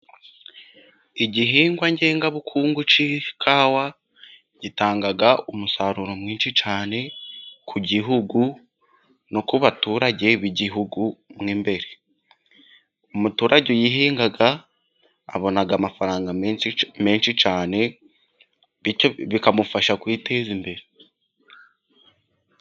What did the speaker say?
Igihingwa ngengabukungu cy'ikawa gitanga umusaruro mwinshi cyane , ku gihugu no ku baturage b'igihugu mo imbere. Umuturage uyihinga abona amafaranga menshi menshi cyane, bityo bikamufasha kwiteza imbere.